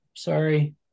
sorry